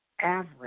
average